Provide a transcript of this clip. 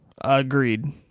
Agreed